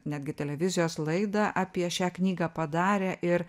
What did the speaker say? netgi televizijos laidą apie šią knygą padarę ir